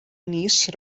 niece